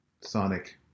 sonic